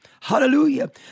hallelujah